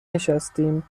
نشستیم